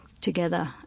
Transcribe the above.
together